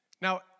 Now